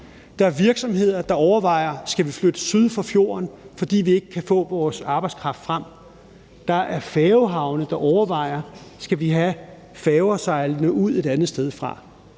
Der er virksomheder, der overvejer, om de skal flytte syd for fjorden, fordi de ikke kan få arbejdskraft frem. Der er færgehavne, der overvejer, om de skal have færger sejlende ud et andet sted fra.